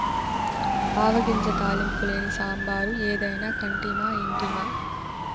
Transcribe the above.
ఆవ గింజ తాలింపు లేని సాంబారు ఏదైనా కంటిమా ఇంటిమా